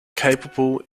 capable